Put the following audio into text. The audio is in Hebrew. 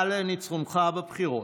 על ניצחונך בבחירות.